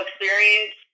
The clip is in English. experience